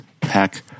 pack